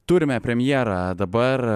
turime premjerą dabar